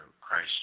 Christ